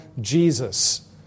Jesus